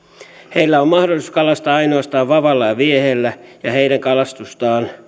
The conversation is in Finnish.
heillä on mahdollisuus kalastaa ainoastaan vavalla ja vieheellä ja heidän kalastustaan